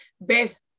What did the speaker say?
Beth